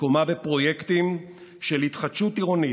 מקומה בפרויקטים של התחדשות עירונית,